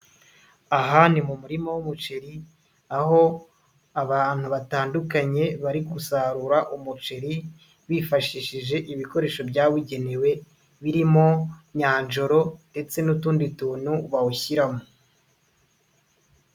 Aha ni mu murima w'umuceri, aho abantu batandukanye bari gusarura umuceri, bifashishije ibikoresho byabugenewe, birimo nyanjoro ndetse n'utundi tuntu bawushyiramo.